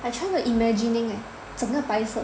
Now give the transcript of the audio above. I try to imagining eh 整个白色